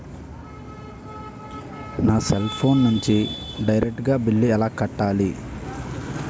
సేంద్రీయ ఎరువులు లభించడం సాధ్యమేనా?